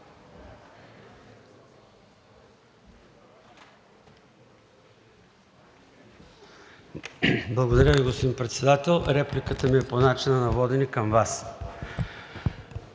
Благодаря Ви, господин Председател. Репликата ми е по начина на водене към Вас.